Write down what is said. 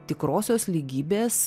tikrosios lygybės